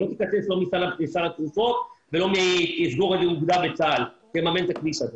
היא לא תיקח לא מסל התרופות ולא מצה"ל כדי לממן את הכביש הזה.